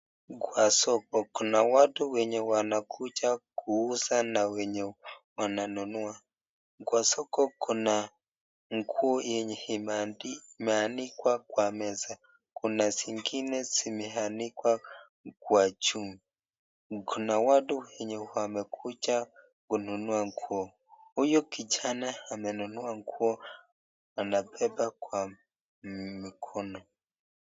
Kwa soko kuna watu wenye wanakuja kuuza na wenye wanakuja kununua. Kwa soko kuna nguo yenye imeanikwa kwa meza. Kuna zingine zimeanikwa kwa juu. Kuna watu wenye wamekuja kununua nguo. Huyo kijana amenunua nguo anabeba kwa mkono.